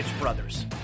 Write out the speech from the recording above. brothers